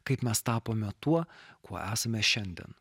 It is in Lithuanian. kaip mes tapome tuo kuo esame šiandien